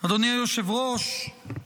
אדוני היושב-ראש,